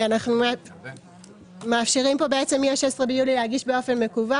אנחנו מאפשרים פה בעצם מ-16 ביולי להגיש באופן מקוון.